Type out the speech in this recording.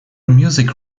music